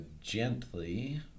gently